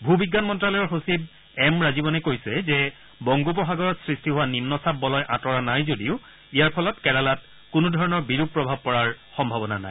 ভূ বিজ্ঞান মন্ত্যালয়ৰ সচিব এম ৰাজীৱনে কৈছে যে বংগোপসাগৰত সৃষ্টি হোৱা নিম্নচাপ বলয় আঁতৰা নাই যদিও ইয়াৰ ফলত কেৰালাত কোনোধৰণৰ বিৰূপ প্ৰভাৱ পৰাৰ সম্ভাৱনা নাই